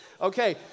Okay